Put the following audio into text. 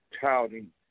touting